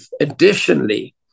additionally